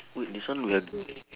wait this one we have